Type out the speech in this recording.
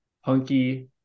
hunky